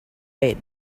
bed